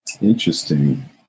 Interesting